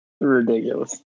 ridiculous